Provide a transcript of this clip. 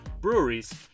breweries